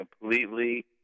completely